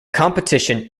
competition